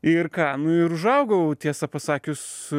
ir ką nu ir užaugau tiesą pasakius